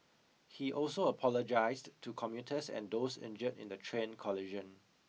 he also apologised to commuters and those injured in the train collision